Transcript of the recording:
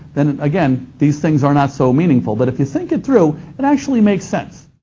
then, again, these things are not so meaningful, but if you think it through, it actually makes sense.